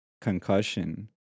concussion